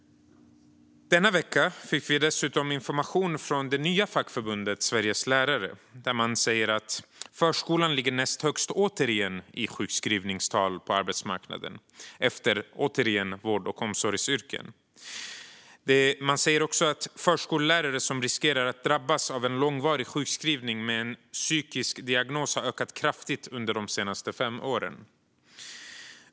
Denna vecka fick vi information från det nya fackförbundet Sveriges Lärare. De säger att förskolan återigen ligger näst högst när det gäller sjukskrivningstal på arbetsmarknaden, efter vård och omsorgsyrken. De säger också att förskollärare som riskerar att drabbas av långvarig sjukskrivning med en psykisk diagnos har ökat kraftigt under de senaste fem åren.